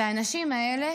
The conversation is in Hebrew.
והאנשים האלה,